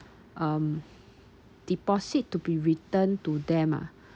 um deposit to be returned to them ah